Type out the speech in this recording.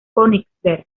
königsberg